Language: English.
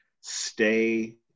stay